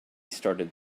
started